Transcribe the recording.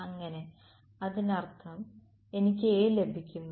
അങ്ങനെ അതിനർത്ഥം എനിക്ക് A ലഭിക്കുന്നു